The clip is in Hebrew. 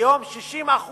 כיום 60%